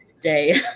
day